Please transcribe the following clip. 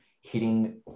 hitting